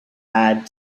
add